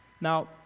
Now